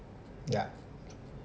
ya